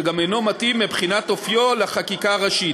שגם אינו מתאים מבחינת אופיו לחקיקה ראשית.